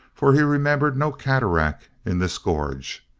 for he remembered no cataract in this gorge.